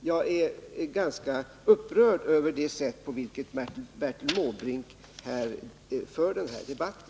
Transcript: Jag är ganska upprörd över det sätt på vilket Bertil Måbrink för den här debatten.